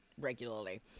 regularly